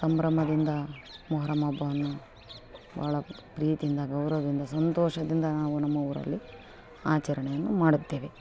ಸಂಭ್ರಮದಿಂದ ಮೊಹರಮ್ ಹಬ್ಬವನ್ನು ಭಾಳ ಪ್ರೀತಿಯಿಂದ ಗೌರವದಿಂದ ಸಂತೋಷದಿಂದ ನಾವು ನಮ್ಮ ಊರಲ್ಲಿ ಆಚರಣೆಯನ್ನು ಮಾಡುತ್ತೇವೆ